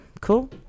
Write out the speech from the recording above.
cool